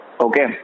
okay